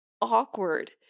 awkward